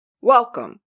welcome